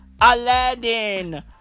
Aladdin